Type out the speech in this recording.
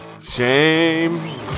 Shame